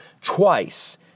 twice